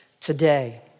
today